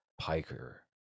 Piker